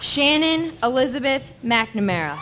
shannon elizabeth mcnamara